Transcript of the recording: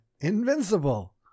invincible